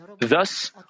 Thus